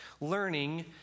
learning